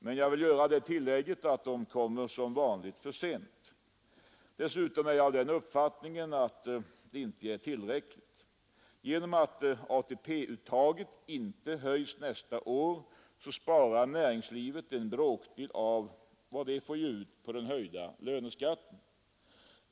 Men jag vill göra det tillägget att åtgärderna som vanligt kommer för sent. Dessutom har jag den uppfattningen att de inte är tillräckliga. Genom att ATP-uttaget inte höjs nästa år sparar näringslivet en bråkdel av vad det får ge ut på den höjda löneskatten.